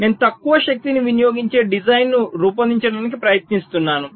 నేను తక్కువ శక్తిని వినియోగించే డిజైన్ను రూపొందించడానికి ప్రయత్నిస్తున్నాను